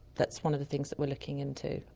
that's one of the things that we're looking into,